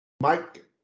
Mike